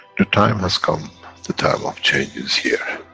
the time has come, the time of change is here.